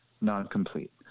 non-complete